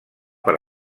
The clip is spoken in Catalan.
per